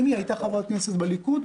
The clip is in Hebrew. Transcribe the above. אם היא הייתה חברת כנסת בליכוד,